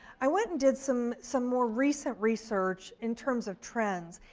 i went and did some some more recent research in terms of trends.